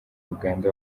uganda